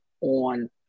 on –